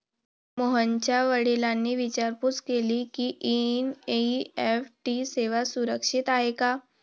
मोहनच्या वडिलांनी विचारपूस केली की, ही एन.ई.एफ.टी सेवा सुरक्षित आहे का?